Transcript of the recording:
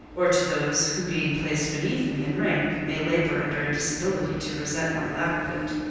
or to those who being placed beneath me in rank may labour under a disability to resent my lack of it